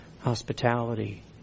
hospitality